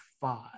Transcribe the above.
five